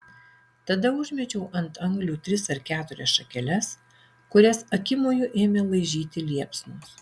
tada užmečiau ant anglių tris ar keturias šakeles kurias akimoju ėmė laižyti liepsnos